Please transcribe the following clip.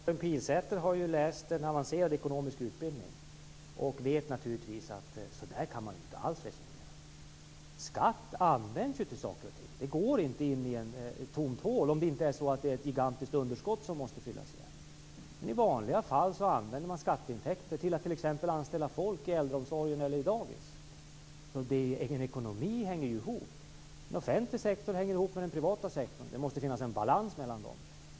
Fru talman! Karin Pilsäter har läst en avancerad ekonomisk utbildning och vet naturligtvis att man inte alls kan resonera så där. Skatt används ju till saker och ting. Den går inte in i ett tomt hål, om det inte finns ett gigantiskt underskott som måste fyllas igen. I vanliga fall använder man skatteintäkter till att t.ex. anställa folk i äldreomsorgen eller på dagis. I en ekonomi hänger det ihop. En offentlig sektor hänger ihop med den privata sektorn. Det måste finnas en balans mellan dem.